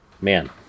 man